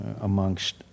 amongst